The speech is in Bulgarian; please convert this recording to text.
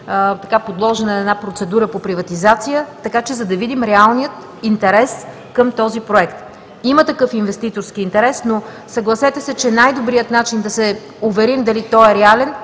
подложена на процедура по приватизация, за да видим реалния интерес към този проект. Има такъв инвеститорски интерес, но съгласете се, че най-добрият начин да се уверим дали той е реален